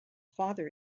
father